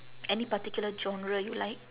any particular genre you like